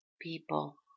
people